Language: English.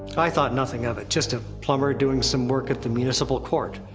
i thought nothing of it. just a plumber, doing some work at the municipal court.